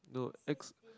no X